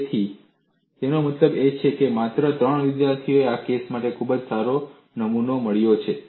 તેથી તેનો મતલબ છે કે માત્ર ત્રણ વિદ્યાર્થીઓને આ કેસ માટે ખૂબ જ સારો નમૂનો મળ્યો છે